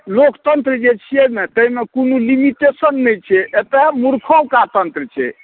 लोकतंत्र जे छियै ने ताहिमे कोनो लिमिटेशन नहि छै एतऽ मूर्खों का तंत्र छै